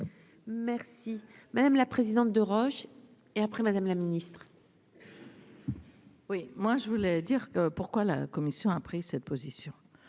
Merci madame la présidente de Roche et après, madame la ministre. Oui, moi je voulais dire que pourquoi la commission a pris cette position,